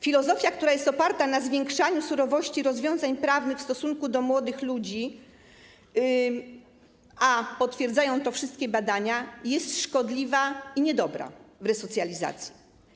Filozofia, która jest oparta na zwiększaniu surowości rozwiązań prawnych w stosunku do młodych ludzi, a potwierdzają to wszystkie badania, jest szkodliwa i niedobra w resocjalizacji.